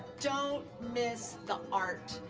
don't miss the art.